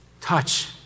Touch